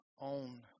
own